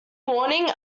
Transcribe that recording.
morning